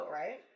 right